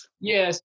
Yes